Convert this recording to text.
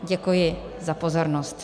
Děkuji za pozornost.